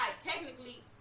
technically